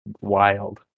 wild